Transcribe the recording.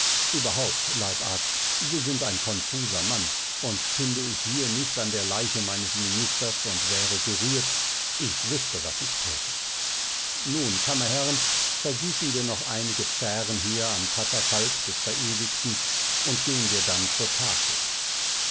überhaupt leibarzt sie sind ein konfuser mann und stünde ich hier nicht an der leiche meines ministers und wäre gerührt ich wüßte was ich täte nun kammerherrn vergießen wir noch einige zähren hier am katafalk des verewigten und gehen wir dann zur tafel